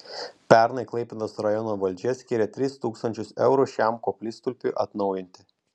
pernai klaipėdos rajono valdžia skyrė tris tūkstančius eurų šiam koplytstulpiui atnaujinti